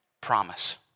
promise